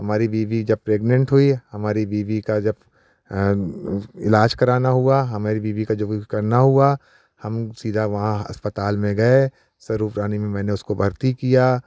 हमारी बीबी जब प्रेग्नेंट हुई हमारी बीबी का जब इलाज कराना हुआ हमारी बीबी का जब करना हुआ हम सीधा वहाँ अस्पताल में गये स्वरुपरानी में मैंने उसको भर्ती किया